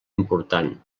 important